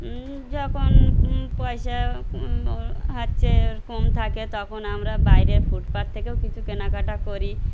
যখন পয়সা হচ্ছে কম থাকে তখন আমরা বাইরের ফুটপাত থেকেও কিছু কেনাকাটা করি